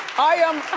i am,